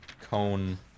cone